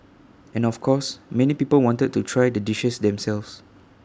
and of course many people wanted to try the dishes themselves